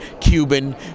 Cuban